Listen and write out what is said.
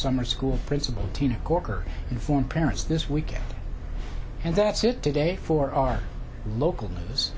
summer school principal tina corker inform parents this weekend and that's it today for our local news